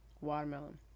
watermelon